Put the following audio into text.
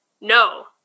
No